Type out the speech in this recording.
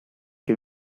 que